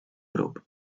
grup